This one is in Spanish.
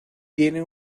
tiene